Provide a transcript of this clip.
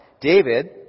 David